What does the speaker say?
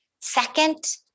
Second